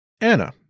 Anna